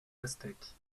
aztèques